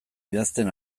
idazten